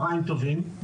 צוהריים טובים,